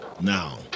now